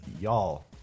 y'all